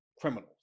criminals